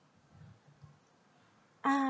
uh